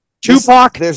Tupac